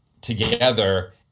together